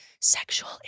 sexual